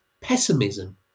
pessimism